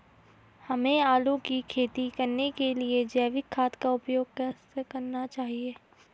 हमें आलू की खेती करने के लिए जैविक खाद का उपयोग कैसे करना चाहिए?